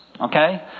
Okay